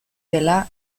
dela